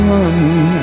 one